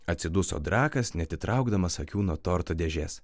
atsiduso drakas neatitraukdamas akių nuo torto dėžės